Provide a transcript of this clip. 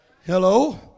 Hello